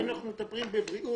האם אנחנו מטפלים בבריאות,